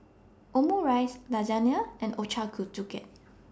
Omurice Lasagne and Ochazuke